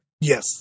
Yes